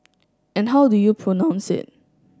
and how do you pronounce it